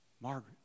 Margaret